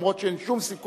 גם אם אין שום סיכוי,